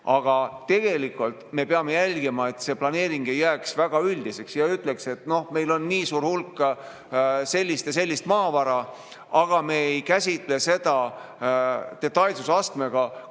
Aga tegelikult me peame jälgima, et planeering ei jääks väga üldiseks ja ei ütleks, et noh, meil on nii suur hulk sellist ja sellist maavara, aga me ei käsitle seda sellise detailsusastmega,